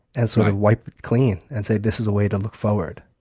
and sort of wipe it clean and say, this is a way to look forward.